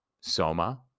soma